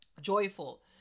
joyful